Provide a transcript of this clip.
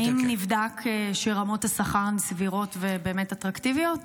האם נבדק שרמות השכר הן סבירות ובאמת אטרקטיביות?